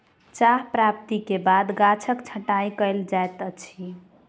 चाह प्राप्ति के बाद गाछक छंटाई कयल जाइत अछि